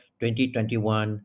2021